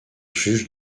juge